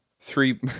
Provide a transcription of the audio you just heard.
Three